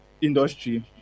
industry